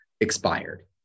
expired